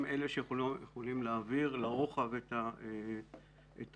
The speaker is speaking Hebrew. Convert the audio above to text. אלה שיכולות להעביר לרוחב את האירועים.